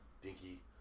stinky